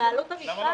בבעלות המפעל.